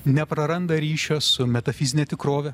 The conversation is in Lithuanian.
nepraranda ryšio su metafizine tikrove